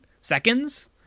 seconds